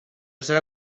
serà